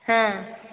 ହଁ